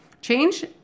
change